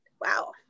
wow